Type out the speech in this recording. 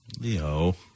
Leo